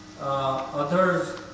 others